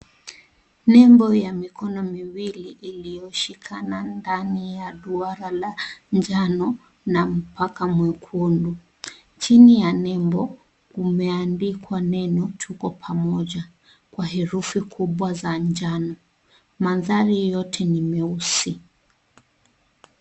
Nembo ya mikono miwili iliyoshikana ndani ya duara la njano na mpaka mwekundu chini ya nembo kumeandikwa neno tuko pamoja kwa herufi kubwa za njano ,manthari yote ni meusi .